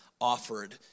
offered